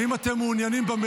האם גם אתם מעוניינים במליאה?